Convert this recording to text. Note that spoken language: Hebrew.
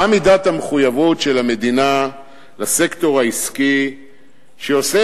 מה מידת המחויבות של המדינה לסקטור העסקי שעושה